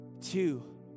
Two